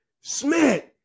Smith